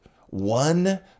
One